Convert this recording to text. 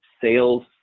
sales